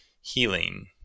healing